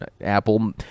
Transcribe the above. apple